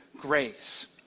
grace